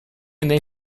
nei